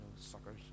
suckers